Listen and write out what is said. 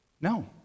No